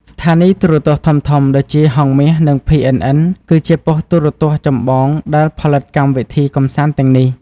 ស្ថានីយទូរទស្សន៍ធំៗដូចជា ហង្សមាស និង PNN គឺជាប៉ុស្ត៍ទូរទស្សន៍ចម្បងដែលផលិតកម្មវិធីកម្សាន្តទាំងនេះ។